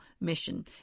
mission